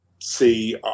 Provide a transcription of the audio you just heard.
See